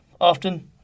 often